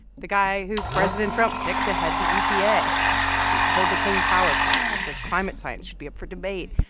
the guy who president trump picked to head the epa, who killed the clean power plan, who says climate science should be up for debate,